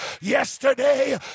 yesterday